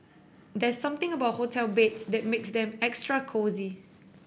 there's something about hotel beds that makes them extra cosy